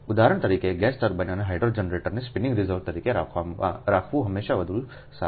ઉદાહરણ તરીકે gas turbine અને હાઇડ્રો જનરેટરને સ્પિનિંગ રિઝર્વે તરીકે રાખવું હંમેશાં વધુ સારું છે